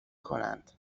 کنند